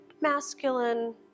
masculine